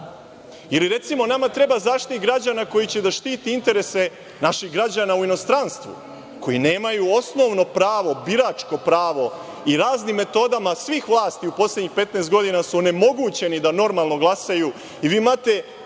recimo, nama treba Zaštitnik građana koji će da štiti interese naših građana u inostranstvu, koji nemaju osnovo pravo, biračko pravo i raznim metodama svih vlasti u poslednjih 15 godina su onemogućeni da normalno glasaju. Vi imate